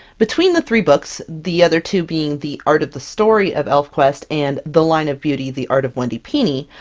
between the three books, the other two being the art of the story of elfquest and the line of beauty the art of wendy pini,